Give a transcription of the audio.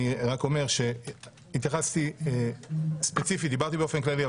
אני רק אומר שהתייחסתי ספציפית דיברתי באופן כללי,